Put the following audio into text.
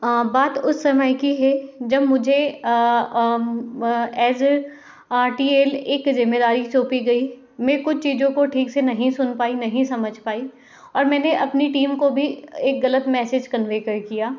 बात उस समय की है जब मुझे एैज़ अ टी एल एक ज़िम्मेदारी सौंपी गई मैं कुछ चीज़ों को ठीक से नहीं सुन पाई नहीं समझ पाई और मैंने अपनी टीम को भी एक गलत मैसेज कन्वे कर किया